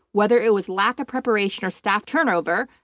whether it was lack of preparation or staff turnover,